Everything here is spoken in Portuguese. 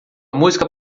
música